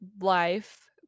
life